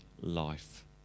life